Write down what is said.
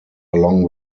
along